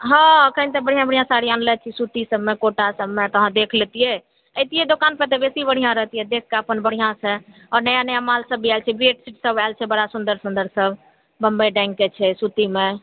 हँ कनिटा बढिआँ बढिआँ साड़ी अनलैथ सुति सबमे कोटा सबमे तऽ अहाँ देख लेतियै अतियै दुकानपर तऽ बेसी बढिआँ रहतिए देख कऽ अपन बढिआँ सँ अ नया नया माल सबभी अयल छै बेडशीट सब अयल छै बरा सुन्दर सुन्दर सब बोम्बे डाइंगके छै सुतिमे